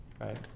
Right